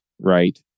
right